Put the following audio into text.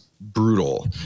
brutal